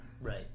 right